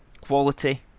quality